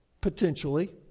potentially